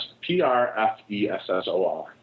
P-R-F-E-S-S-O-R